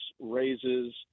raises